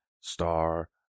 star